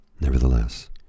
Nevertheless